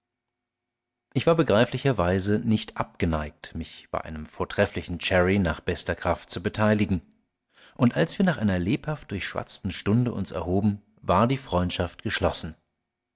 ich war begreiflicherweise nicht abgeneigt mich bei einem vortrefflichen cherry nach bester kraft zu beteiligen und als wir nach einer lebhaft durchschwatzten stunde uns erhoben war die freundschaft geschlossen